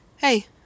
Hey